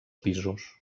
pisos